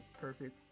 perfect